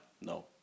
No